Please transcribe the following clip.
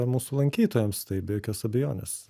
mūsų lankytojams tai be jokios abejonės